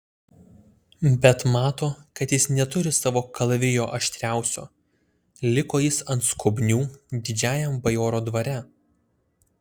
bet mato kad jis neturi savo kalavijo aštriausio liko jis ant skobnių didžiajam bajoro dvare